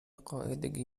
قاعدگی